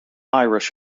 irish